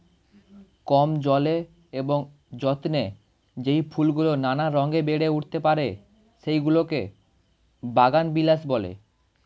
কম জলে এবং যত্নে যেই ফুলগুলো নানা রঙে বেড়ে উঠতে পারে, সেগুলোকে বাগানবিলাস বলে